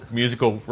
musical